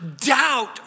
doubt